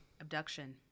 Abduction